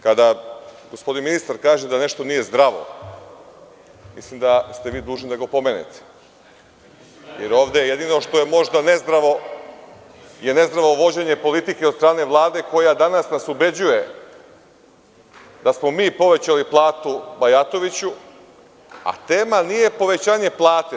Kada gospodin ministar kaže da nešto nije zdravo, mislim da ste vi dužni da ga opomenete, jer ovde jedino što je možda nezdravo je nezdravo vođenje politike od strane Vlade, koja nas danas ubeđuje da smo mi povećali platu Bajatoviću, a tema nije povećanje plate.